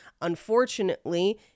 Unfortunately